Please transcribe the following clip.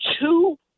two